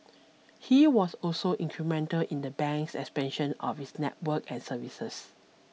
he was also incremental in the bank's expansion of its network and services